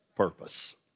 purpose